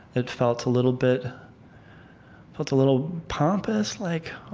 it felt a little bit felt a little pompous, like, oh,